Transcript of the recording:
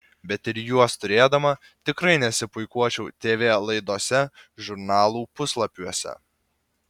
bet ir juos turėdama tikrai nesipuikuočiau tv laidose žurnalų puslapiuose